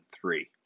three